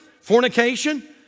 fornication